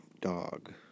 dog